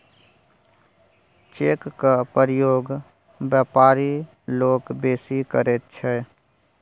चेकक प्रयोग बेपारी लोक बेसी करैत छै